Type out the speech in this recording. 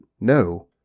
no